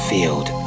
Field